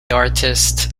artist